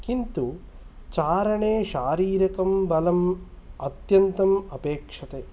किन्तु चारणे शारीरिकं बलम् अत्यन्तम् अपेक्ष्यते